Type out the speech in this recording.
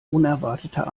unerwarteter